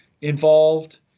involved